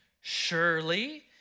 Surely